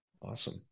Awesome